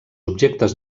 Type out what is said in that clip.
objectes